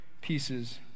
pieces